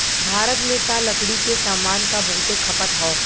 भारत में त लकड़ी के सामान क बहुते खपत हौ